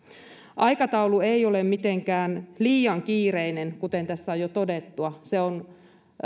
aikataulu ei ole mitenkään liian kiireinen kuten tässä on jo todettu se on